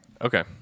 Okay